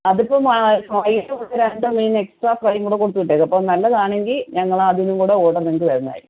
അതിപ്പം വൈകിട്ട് കുറച്ച് രണ്ട് മീൻ എക്സ്ട്രാ ഫ്രൈയും കൂടെ കൊടുത്തു വിട്ടേക്ക് അപ്പം നല്ലതാണെങ്കിൽ ഞങ്ങൾ അതിനും കൂടെ ഓഡർ നിങ്ങൾക്ക് തരുന്നതായിരിക്കും